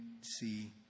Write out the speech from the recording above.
see